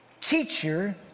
teacher